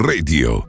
Radio